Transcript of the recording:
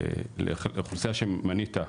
לחלק מהאוכלוסייה שמנית,